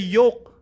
yoke